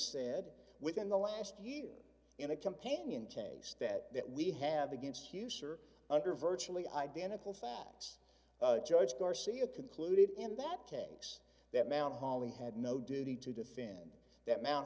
said within the last year in a companion chase that that we have against you sir under virtually identical facts judge garcia concluded in that case that mount holly had no duty to defend that mount